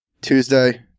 Tuesday